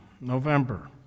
November